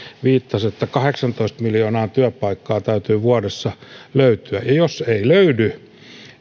viittasi että kahdeksantoista miljoonaa työpaikkaa täytyy vuodessa löytyä ja jos ei löydy